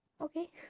okay